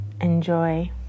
Enjoy